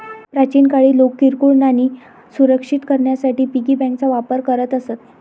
प्राचीन काळी लोक किरकोळ नाणी सुरक्षित करण्यासाठी पिगी बँकांचा वापर करत असत